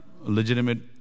legitimate